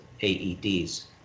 AEDs